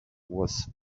was